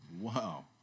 Wow